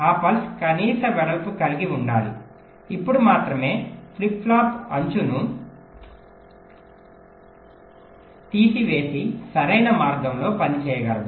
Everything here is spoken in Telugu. ఆ పల్స్ కనీస వెడల్పు కలిగి ఉండాలి అప్పుడు మాత్రమే ఫ్లిప్ ఫ్లాప్ అంచును తీసివేసి సరైన మార్గంలో పని చేయగలదు